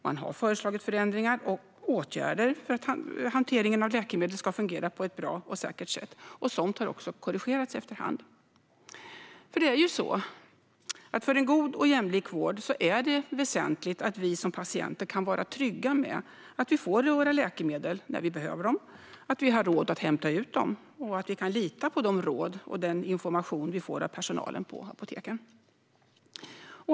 Man har föreslagit förändringar och åtgärder för att hanteringen av läkemedel ska fungera på ett bra och säkert sätt. Somligt har också korrigerats efterhand. För en god och jämlik vård är det väsentligt att vi som patienter kan vara trygga med att vi får våra läkemedel när vi behöver dem, att vi har råd att hämta ut dem och att vi kan lita på de råd och den information vi får av personalen på apoteken.